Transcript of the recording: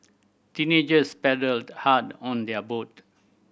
teenagers paddled hard on their boat